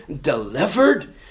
delivered